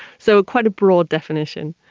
so quite a broad definition.